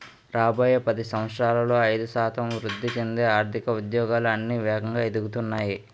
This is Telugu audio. రాబోయే పది సంవత్సరాలలో ఐదు శాతం వృద్ధి చెందే ఆర్థిక ఉద్యోగాలు అన్నీ వేగంగా ఎదుగుతున్నాయి